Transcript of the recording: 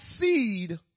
seed